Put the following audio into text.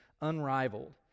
unrivaled